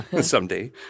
someday